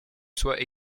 soient